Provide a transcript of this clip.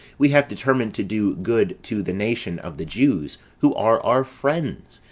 we have determined to do good to the nation of the jews, who are our friends,